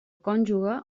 cònjuge